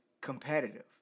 Competitive